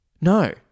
no